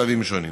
בשלבים שונים.